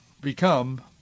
become